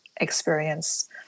experience